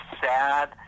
sad